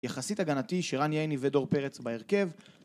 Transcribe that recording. יחסית הגנתי שרן יהני ודור פרץ בהרכב